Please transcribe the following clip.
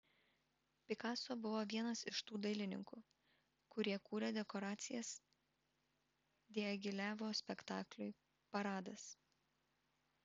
pikaso buvo vienas iš tų dailininkų kurie kūrė dekoracijas diagilevo spektakliui paradas